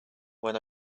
when